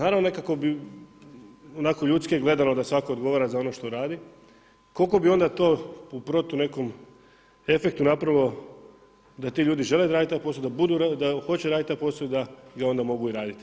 Naravno nekako bi onako ljudski gledano da svako odgovara za ono što radi, koliko bi onda to u protu nekom efektu napravilo da ti ljudi žele odraditi taj posao, da hoće raditi taj posao i da ga onda mogu i raditi.